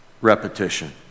Repetition